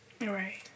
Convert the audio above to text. Right